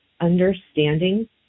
understanding